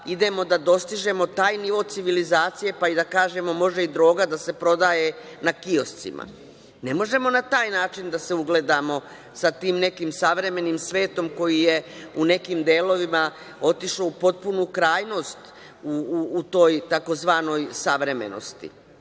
idemo, da dostižemo taj nivo civilizacije, pa da kažemo – može i droga da se prodaje na kioscima? Ne možemo na taj način da se ugledamo sa tim nekim savremenim svetom, koji je u nekim delovima otišao u potpunu krajnost u toj tzv. savremenosti.